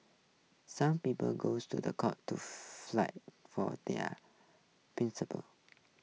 some people goes to the court to flight for their principles